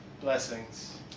Blessings